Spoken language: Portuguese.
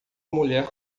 mulher